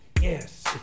Yes